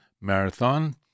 marathon